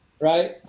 right